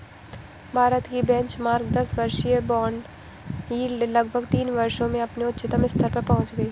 भारत की बेंचमार्क दस वर्षीय बॉन्ड यील्ड लगभग तीन वर्षों में अपने उच्चतम स्तर पर पहुंच गई